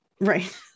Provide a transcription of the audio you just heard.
Right